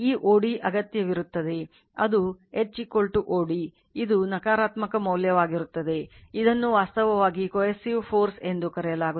Flux density ಎಂದು ಕರೆಯಲಾಗುತ್ತದೆ